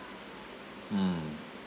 hmm